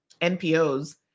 NPOs